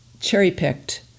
cherry-picked